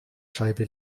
scheibe